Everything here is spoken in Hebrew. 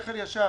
ושכל ישר